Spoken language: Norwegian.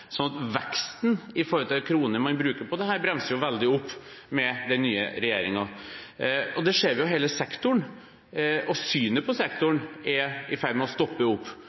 veksten i kroner man bruker på dette, bremser veldig opp med den nye regjeringen. Dette ser vi i hele sektoren. Synet på sektoren er i ferd med å endres. Ambisjonene er i ferd med å stoppe opp.